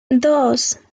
dos